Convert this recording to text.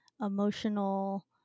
emotional